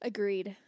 Agreed